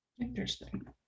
Interesting